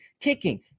kicking